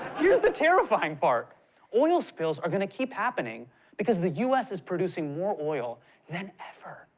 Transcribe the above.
here's the terrifying part oil spills are gonna keep happening because the us is producing more oil than ever.